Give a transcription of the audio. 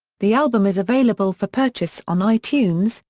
the album is available for purchase on itunes,